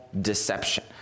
deception